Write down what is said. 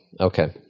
okay